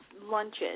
lunches